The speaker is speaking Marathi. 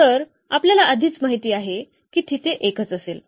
तर आपल्याला आधीच माहित आहे की तिथे एकच असेल